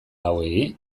hauei